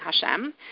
Hashem